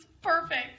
perfect